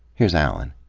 here's allan.